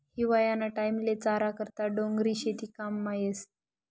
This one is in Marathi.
हिवायाना टाईमले चारा करता डोंगरी शेती काममा येस